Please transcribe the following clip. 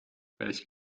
welch